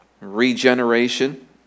regeneration